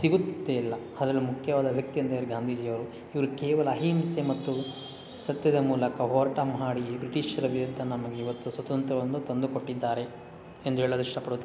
ಸಿಗುತ್ತಿತ್ತೇ ಇಲ್ಲ ಅದ್ರಲ್ ಮುಖ್ಯವಾದ ವ್ಯಕ್ತಿ ಎಂದರೆ ಗಾಂಧೀಜಿಯವರು ಇವರು ಕೇವಲ ಅಹಿಂಸೆ ಮತ್ತು ಸತ್ಯದ ಮೂಲಕ ಹೋರಾಟ ಮಾಡಿ ಬ್ರಿಟಿಷರ ವಿರುದ್ಧ ನಮಗೆ ಇವತ್ತು ಸ್ವತಂತ್ರವನ್ನು ತಂದುಕೊಟ್ಟಿದ್ದಾರೆ ಎಂದು ಹೇಳಲು ಇಷ್ಟಪಡು